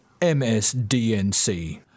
MSDNC